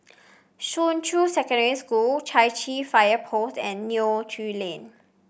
Shuqun Secondary School Chai Chee Fire Post and Neo Tiew Lane